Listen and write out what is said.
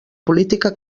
política